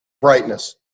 brightness